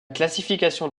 classification